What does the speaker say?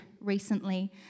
recently